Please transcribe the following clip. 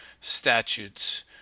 statutes